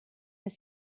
des